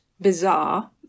bizarre